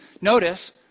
notice